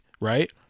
Right